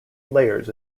layers